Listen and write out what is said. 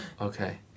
okay